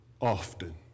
often